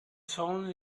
sounds